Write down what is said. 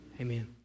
Amen